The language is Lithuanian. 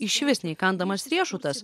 išvis neįkandamas riešutas